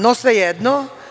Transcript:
No, svejedno.